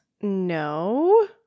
No